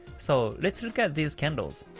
so let's look at these candles,